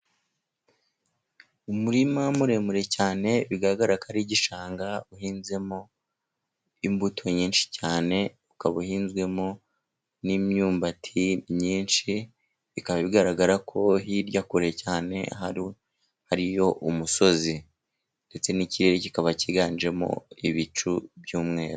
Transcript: Umurima muremure cyane, bigaragara ko ari igishanga, uhinzemo imbuto nyinshi cyane, ukaba uhinzwemo n'imyumbati myinshi, bikaba bigaragara ko hirya kure cyane hariyo umusozi. Ndetse n'ikirere kikaba kiganjemo ibicu by'umweru.